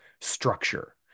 structure